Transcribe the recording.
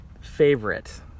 favorite